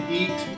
eat